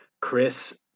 Chris